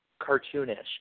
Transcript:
cartoonish